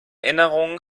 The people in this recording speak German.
erinnerungen